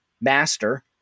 master